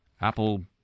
Apple